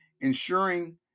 ensuring